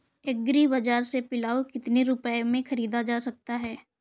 Agree बाजार से पिलाऊ कितनी रुपये में ख़रीदा जा सकता है?